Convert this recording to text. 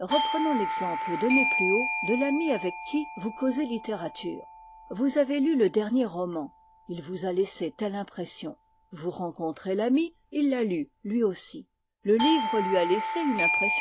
reprenons l'exemple donné plus haut de l'ami avec qui vous causez littérature vous avez lu le dernier roman il vous a laissé telle impression vous rencontrez l'ami il l'a lu lui aussi le livre lui à laissé une impression